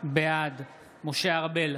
בעד משה ארבל,